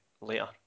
later